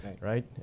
right